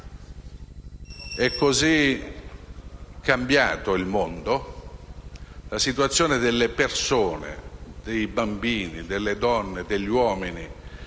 è così cambiato? La situazione delle persone, dei bambini, delle donne e degli uomini